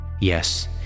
Yes